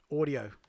audio